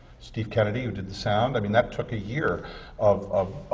steve kennedy, who did the sound. i mean, that took a year of ah